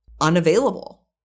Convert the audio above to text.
unavailable